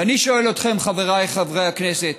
ואני שואל אתכם, חבריי חברי הכנסת,